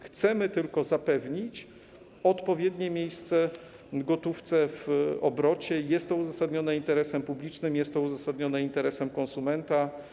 Chcemy tylko zapewnić odpowiednie miejsce gotówce w obrocie; jest to uzasadnione interesem publicznym czy interesem konsumenta.